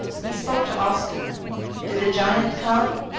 he spoke to oscoon did the giant come?